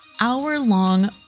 hour-long